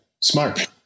Smart